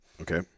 Okay